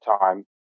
time